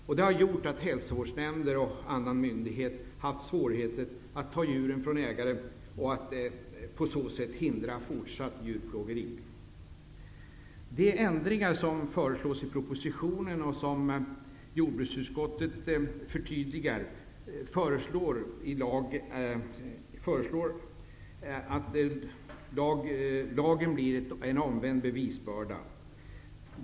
Det här har gjort att hälsovårdsnämnder och andra myndigheter haft svårigheter att ta djuren från ägaren och på så sätt hindra fortsatt djurplågeri. De ändringar som föreslås i propositionen och därmed i lagen, och som jordbruksutskottet förtydligar, innebär en omvänd bevisbörda.